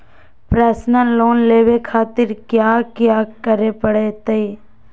Personal loan लेवे खातिर कया क्या करे पड़तइ?